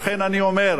לכן אני אומר: